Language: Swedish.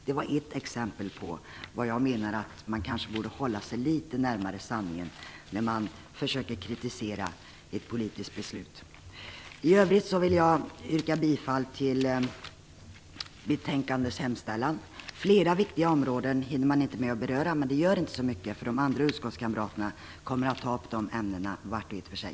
Det var ett exempel där jag menar att man borde hålla sig litet närmare sanningen när man försöker kritisera ett politiskt beslut. I övrigt vill jag yrka bifall till betänkandets hemställan. Det är flera viktiga områden jag inte hinner beröra, men det gör inte så mycket. De andra utskottskamraterna kommer att ta upp de ämnena vart och ett för sig.